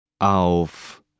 Auf